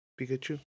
Pikachu